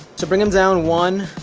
so bring them down one,